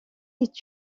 est